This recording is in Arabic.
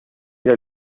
إلى